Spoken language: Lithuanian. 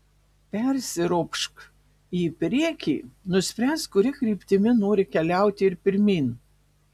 persiropšk į priekį nuspręsk kuria kryptimi nori keliauti ir pirmyn